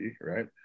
right